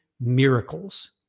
miracles